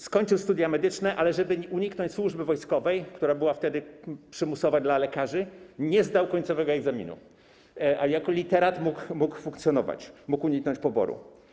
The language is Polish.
Skończył studia medyczne, ale żeby uniknąć służby wojskowej, która była wtedy przymusowa dla lekarzy, nie zdał egzaminu końcowego, a jako literat mógł funkcjonować, mógł uniknąć poboru.